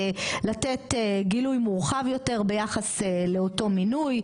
לתת גילוי מורחב יותר ביחס לאותו מינוי,